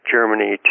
Germany